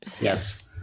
Yes